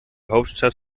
hauptstadt